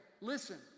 Listen